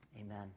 Amen